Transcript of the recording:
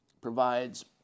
provides